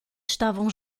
estavam